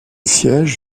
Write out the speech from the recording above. siège